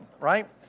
right